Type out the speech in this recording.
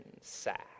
sack